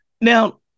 Now